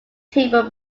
table